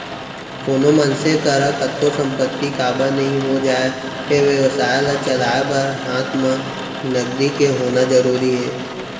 कोनो मनसे करा कतको संपत्ति काबर नइ हो जाय फेर बेवसाय ल चलाय बर हात म नगदी के होना जरुरी हे